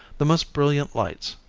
the most brilliant lights,